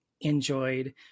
enjoyed